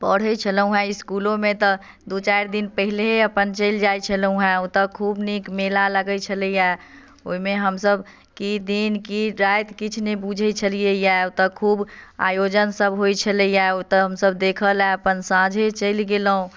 पढ़ै छलहुॅं हँ इसकुलो मे तऽ दू चारि दिन पहिले अपन चलि जाइ छलहुॅं हँ ओतऽ खूब नीक मेला लागै छलै हँ ओहिमे हमसब की दिन की राति किछु नहि बुझै छलियैया ओतऽ खूब आयोजन सब होइ छलैया ओतऽ हमसब देखऽ लए अपन साँझे चलि गेलहुॅं